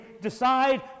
decide